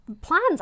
plans